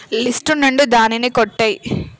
list నుండి దానిని కొట్టెయి